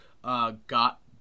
Got